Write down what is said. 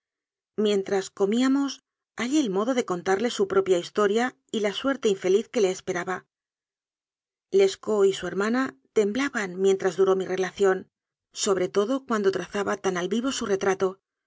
mientras comíamos hallé el modo de contarle su propia historia y la suerte infeliz que le esperaba lescaut y su hermana temblaban mientras duró mi relación sobre todo cuando trazaba tan al vivo su retrato